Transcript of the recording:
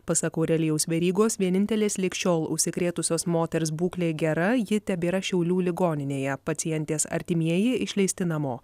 pasak aurelijaus verygos vienintelės lig šiol užsikrėtusios moters būklė gera ji tebėra šiaulių ligoninėje pacientės artimieji išleisti namo